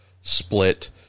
split